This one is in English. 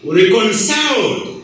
reconciled